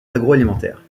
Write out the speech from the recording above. agroalimentaire